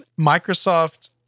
Microsoft